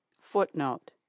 Footnote